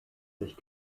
sich